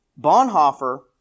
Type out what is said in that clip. Bonhoeffer